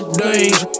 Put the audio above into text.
days